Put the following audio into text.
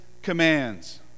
commands